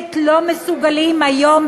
באמת לא מסוגלים היום,